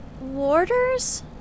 Warders